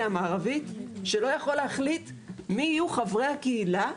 המערבית שלא יכול להחליט מי יהיו חברי הקהילה.